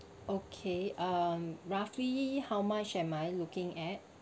okay um roughly how much am I looking at